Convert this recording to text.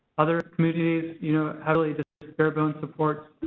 other communities, you know, have really just bare-bones support.